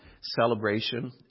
Celebration